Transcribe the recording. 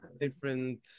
different